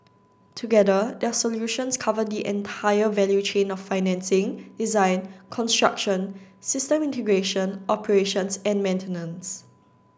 together their solutions cover the entire value chain of financing design construction system integration operations and maintenance